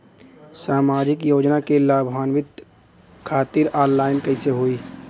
सामाजिक योजना क लाभान्वित खातिर ऑनलाइन कईसे होई?